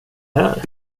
här